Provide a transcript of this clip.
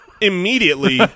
immediately